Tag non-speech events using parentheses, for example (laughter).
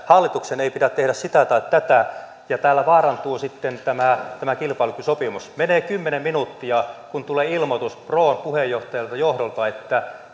hallituksen ei pidä tehdä sitä tai tätä ja täällä vaarantuu sitten tämä tämä kilpailukykysopimus menee kymmenen minuuttia kun tulee ilmoitus pron puheenjohtajalta johdolta että (unintelligible)